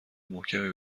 محکمی